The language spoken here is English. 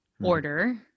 order